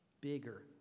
bigger